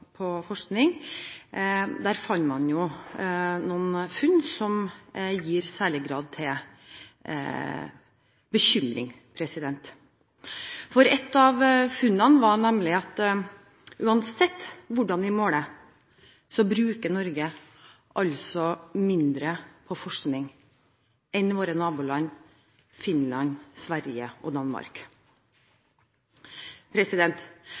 på forskning. Her ser man noen funn som gir særlig grunn til bekymring. Ett av funnene var nemlig at uansett hvordan vi måler dette, bruker Norge mindre på forskning enn våre naboland Finland, Sverige og Danmark.